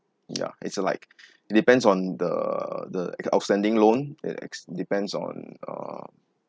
ya it's a like depends on the the outstanding loan ex~ depends on uh